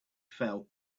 fell